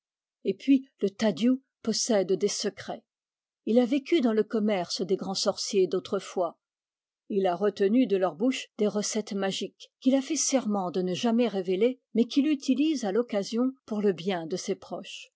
et puis le tadiou possède des secrets il a vécu dans le commerce des grands sorciers d'autrefois et il a retenu de leur bouche des recettes magiques qu'il a fait sennent de ne jamais révéler mais qu'il utilise à l'occasion pour le bien de ses proches